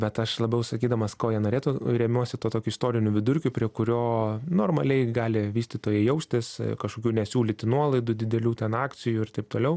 bet aš labiau sakydamas ko jie norėtų remiuosi tuo tokiu istoriniu vidurkiu prie kurio normaliai gali vystytojai jaustis kažkokių nesiūlyti nuolaidų didelių ten akcijų ir taip toliau